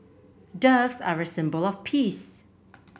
doves are a symbol of peace